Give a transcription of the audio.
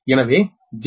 எனவே j0